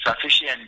sufficient